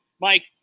Mike